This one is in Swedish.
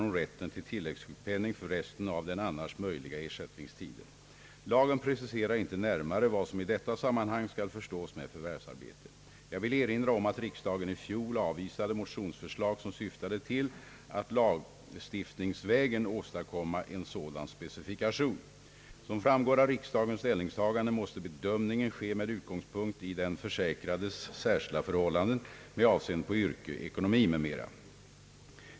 Lagen preciserar inte närmare vad som i detta sammanhang skall förstås med förvärvsarbete. Jag vill erinra om att riksdagen i fjol avvisade motionsförslag som syftade till att lagstiftningsvägen åstadkomma en sådan specifikation. Som framgår av riksdagens ställningstagande måste bedömningen ske med utgångspunkt i den försäkrades särskilda förhållanden med avseende på yrke, ekonomi m.m.